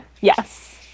Yes